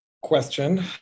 question